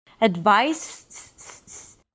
Advice